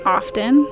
often